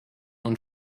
und